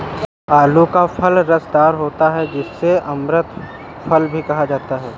आलू का फल रसदार होता है जिसे अमृत फल भी कहा जाता है